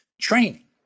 training